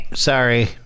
Sorry